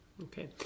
Okay